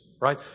right